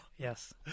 Yes